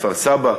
כפר-סבא.